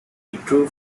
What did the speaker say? withdrew